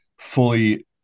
fully